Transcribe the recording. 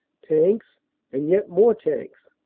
tanks and yet more tanks.